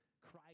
Christ